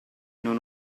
non